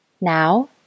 Now